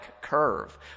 curve